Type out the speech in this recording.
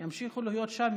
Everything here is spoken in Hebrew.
ימשיכו להיות שם,